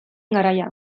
garaia